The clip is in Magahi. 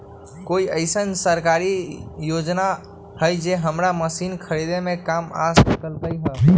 कोइ अईसन सरकारी योजना हई जे हमरा मशीन खरीदे में काम आ सकलक ह?